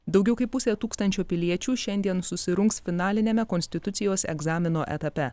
daugiau kaip pusė tūkstančio piliečių šiandien susirungs finaliniame konstitucijos egzamino etape